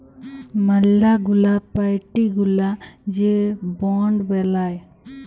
ম্যালা গুলা পার্টি গুলা যে বন্ড বেলায়